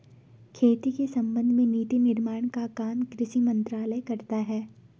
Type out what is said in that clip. खेती के संबंध में नीति निर्माण का काम कृषि मंत्रालय करता है